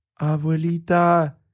Abuelita